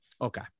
Okay